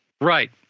Right